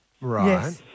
Right